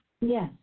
Yes